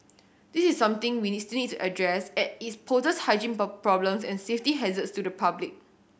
this is something we still need to address as it poses hygiene problems and safety hazards to the public